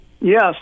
Yes